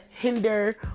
hinder